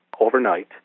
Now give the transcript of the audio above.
overnight